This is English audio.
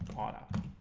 automate